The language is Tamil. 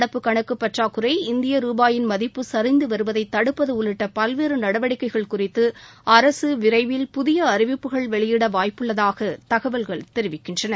நடப்பு கணக்கு பற்றாக்குறை இந்திய ரூபாயின் மதிப்பு சரிந்து வருவதை தடுப்பது உள்ளிட்ட பல்வேறு நடவடிக்கைகள் குறித்து அரசு விரைவில் புதிய அறிவிப்புகள் வெளியிட வாய்ப்புள்ளதாக தகவல்கள் தெரிவிக்கின்றன